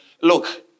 look